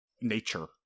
nature